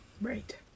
Right